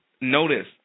notice